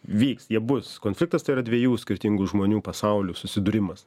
vyks jie bus konfliktas tarp dviejų skirtingų žmonių pasaulių susidūrimas